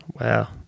Wow